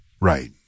Right